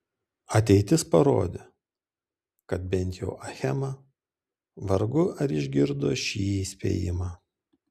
ateitis parodė kad bent jau achema vargu ar išgirdo šį įspėjimą